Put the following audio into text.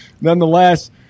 nonetheless